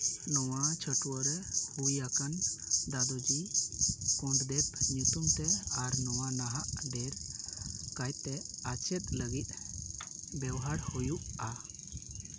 ᱱᱚᱣᱟ ᱪᱷᱟᱹᱴᱣᱟᱨᱮ ᱦᱩᱭ ᱟᱠᱟᱱ ᱫᱟᱫᱳᱡᱤ ᱠᱳᱱᱰ ᱫᱮᱵᱽ ᱧᱩᱛᱩᱢ ᱛᱮ ᱟᱨ ᱱᱚᱣᱟ ᱱᱟᱦᱟᱜ ᱰᱷᱮᱨ ᱠᱟᱭᱛᱮ ᱟᱪᱮᱫ ᱞᱟᱹᱜᱤᱫ ᱵᱮᱣᱦᱟᱨ ᱦᱩᱭᱩᱜᱼᱟ